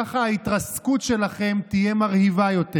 כך ההתרסקות שלכם תהיה מרהיבה יותר.